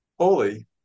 holy